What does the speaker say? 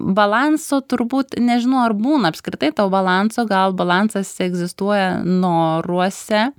balanso turbūt nežinau ar būna apskritai to balanso gal balansas egzistuoja noruose